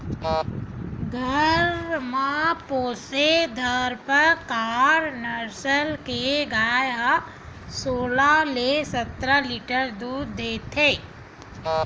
घर म पोसे थारपकर नसल के गाय ह सोलह ले सतरा लीटर दूद देथे